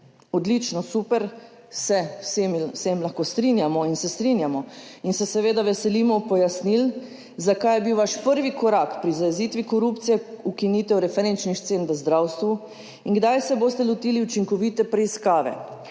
Odlično, super, se z vsem lahko strinjamo in se strinjamo, in se seveda veselimo pojasnil, zakaj je bil vaš prvi korak pri zajezitvi korupcije ukinitev referenčnih cen v zdravstvu in kdaj se boste lotili učinkovite preiskave